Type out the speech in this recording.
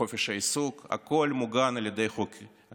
חופש העיסוק, הכול מוגן על ידי חוקי-יסוד.